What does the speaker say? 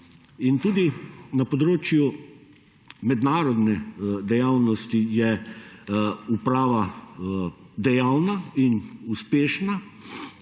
Tudi na področju mednarodne dejavnosti je uprava dejavna in uspešna,